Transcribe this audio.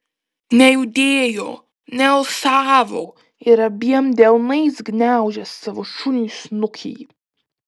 nejudėjo nealsavo ir abiem delnais gniaužė savo šuniui snukį